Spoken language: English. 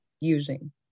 using